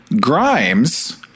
Grimes